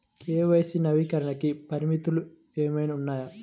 KYC నవీకరణకి పరిమితులు ఏమన్నా ఉన్నాయా?